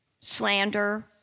slander